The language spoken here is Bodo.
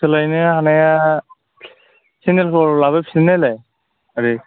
सोलायनो हानाया सेन्देलखौ लाबोफिनना नायलाय ओरै